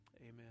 Amen